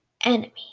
enemy